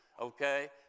okay